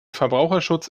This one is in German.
verbraucherschutz